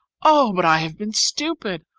oh, but i have been stupid!